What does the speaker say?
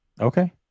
Okay